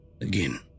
again